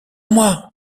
moi